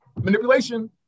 manipulation